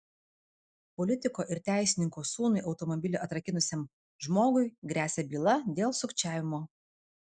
politiko ir teisininko sūnui automobilį atrakinusiam žmogui gresia byla dėl sukčiavimo